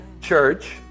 church